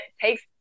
takes